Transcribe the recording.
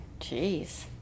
Jeez